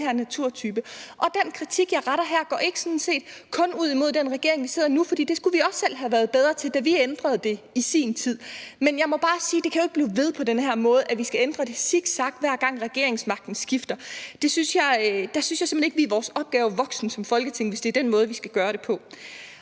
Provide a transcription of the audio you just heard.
Den kritik retter jeg ikke kun imod den regering, der er der nu, for det skulle vi også selv have været bedre til, da vi ændrede det i sin tid. Jeg vil bare sige, at det jo ikke kan blive ved med på den her måde, hvor vi zigzagger, hver gang regeringsmagten skifter. Der synes jeg simpelt hen ikke vi er vores opgave voksen som Folketing, hvis det er den måde, vi skal gøre det på.